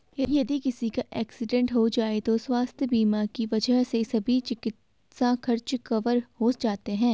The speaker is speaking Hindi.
यदि किसी का एक्सीडेंट हो जाए तो स्वास्थ्य बीमा की वजह से सभी चिकित्सा खर्च कवर हो जाते हैं